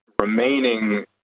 remaining